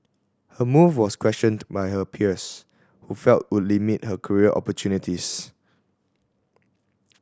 her move was questioned by her peers who felt would limit her career opportunities